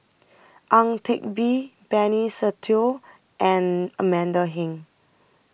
Ang Teck Bee Benny Se Teo and Amanda Heng